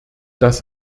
das